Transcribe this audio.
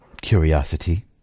curiosity